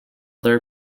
their